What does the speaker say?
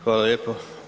Hvala lijepo.